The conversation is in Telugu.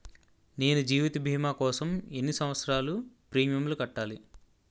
నేను జీవిత భీమా కోసం ఎన్ని సంవత్సారాలు ప్రీమియంలు కట్టాలి?